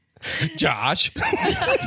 Josh